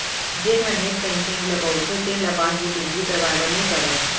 जेन हर net banking ल बउरथे तेन ल पासबुक एंटरी करवाए बर नइ परय